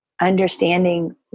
understanding